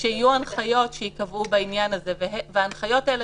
שיהיו הנחיות שייקבעו בעניין הזה וההנחיות האלה